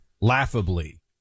laughably